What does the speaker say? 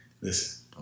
Listen